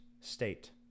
state